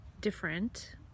different